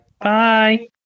bye